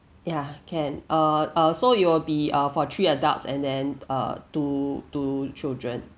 ya can uh uh so it will be uh for three adults and then uh two two children